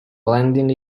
blending